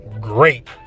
Great